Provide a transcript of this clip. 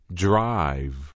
drive